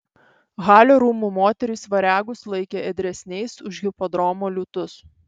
halio rūmų moterys variagus laikė ėdresniais už hipodromo liūtus